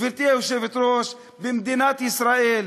גברתי היושבת-ראש, במדינת ישראל